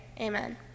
Amen